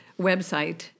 website